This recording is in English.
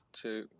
two